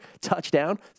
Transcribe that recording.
Touchdown